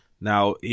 Now